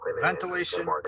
Ventilation